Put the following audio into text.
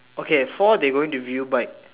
okay four they going to view by